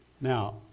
Now